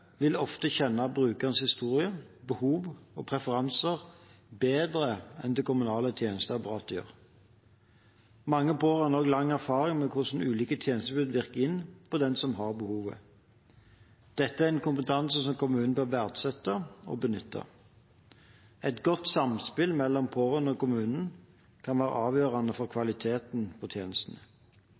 vil ofte kjenne brukerens historie, behov og preferanser bedre enn det kommunale tjenesteapparatet gjør. Mange pårørende har også lang erfaring med hvordan ulike tjenestetilbud virker inn på den som har behovet. Dette er en kompetanse som kommunen bør verdsette og benytte. Et godt samspill mellom pårørende og kommunen kan være avgjørende for kvaliteten på tjenestene.